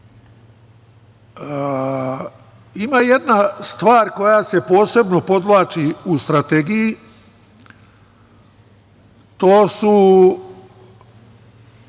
jedna stvar koja se posebno podvlači u strategiji, a to